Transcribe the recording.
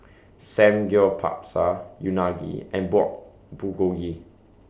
Samgyeopsal Unagi and Pork Bulgogi